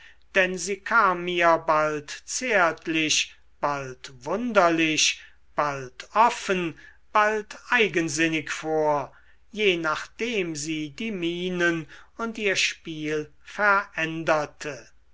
denn sie kam mir bald zärtlich bald wunderlich bald offen bald eigensinnig vor je nachdem sie die mienen und ihr spiel veränderte